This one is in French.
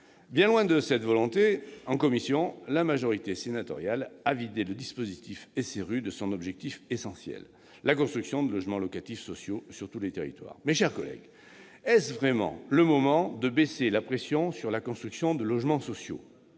rebours de cette volonté, en commission spéciale, la majorité sénatoriale a vidé le dispositif de la loi SRU de son objet essentiel : la construction de logements locatifs sociaux sur tous les territoires. Mes chers collègues, est-ce vraiment le moment de réduire la pression en faveur de la construction de logements sociaux ?